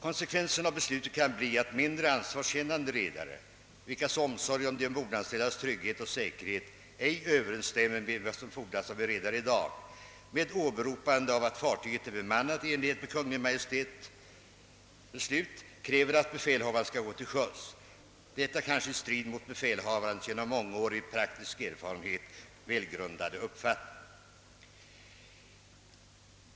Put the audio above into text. Konsekvenserna av beslutet kan bli att mindre ansvarskännande redare, vilkas omsorg om de ombordanställdas trygghet och säkerhet ej överensstämmer med vad som fordras av en redare i dag, med åberopande av att fartyget är bemannat i enlighet med Kungl. Maj:ts beslut kräver att befälhavaren skall gå till sjöss. Kravet kanske strider mot befälhavarens genom mångårig praktisk erfarenhet välgrundade uppfattning.